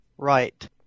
Right